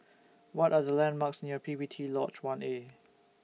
What Are The landmarks near P P T Lodge one A